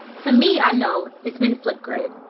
for me i know it's been flipgrid.